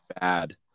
bad